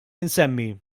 insemmi